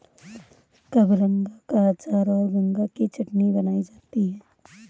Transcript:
कबरंगा का अचार और गंगा की चटनी बनाई जाती है